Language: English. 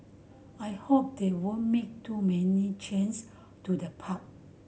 I hope they won't make too many change to the park